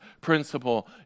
principle